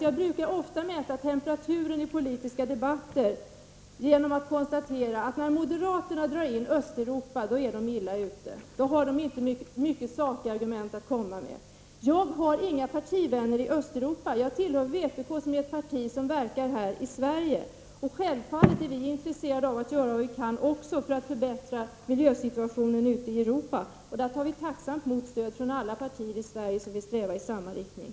Jag brukar ofta mäta temperaturen i politiska debatter genom att konstatera att när moderaterna drar in Östeuropa, då är de illa ute, då har de inte mycket sakargument att komma med. Jag har inga partivänner i Östeuropa, jag tillhör vpk, som är ett parti som verkar här i Sverige. Självfallet är vi också intresserade av att göra vad vi kan för att förbättra miljösituationen ute i Europa. Och vi tar tacksamt emot stöd från alla partier i Sverige som vill sträva i samma riktning.